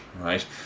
right